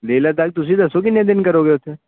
ਲੇਹ ਲੱਦਾਖ ਤੁਸੀਂ ਦੱਸੋ ਕਿੰਨੇ ਦਿਨ ਕਰੋਗੇ ਉੱਥੇ